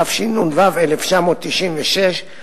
התשנ"ו 1996,